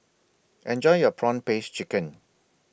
Enjoy your Prawn Paste Chicken